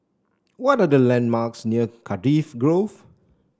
what are the landmarks near Cardifi Grove